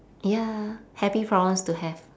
ya happy problems to have